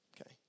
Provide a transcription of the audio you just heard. okay